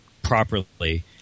properly